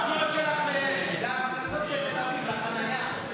מה התוכניות שלך לקנסות בתל אביב, לחניה?